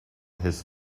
his